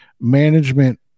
management